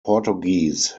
portuguese